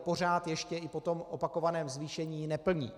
Pořád ještě i po tom opakovaném zvýšení ji neplní.